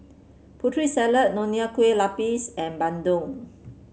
Putri Salad Nonya Kueh Lapis and bandung